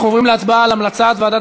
אנחנו עוברים להצבעה על המלצת ועדת